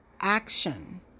action